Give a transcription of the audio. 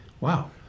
Wow